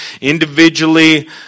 individually